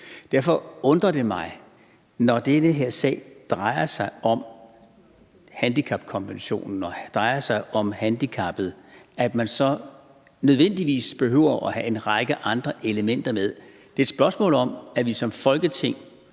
Derfor undrer det mig, når den her sag drejer sig om handicapkonventionen og drejer sig om handicappede, at man så nødvendigvis behøver at have en række andre elementer med. Det er et spørgsmål om, at vi som Folketing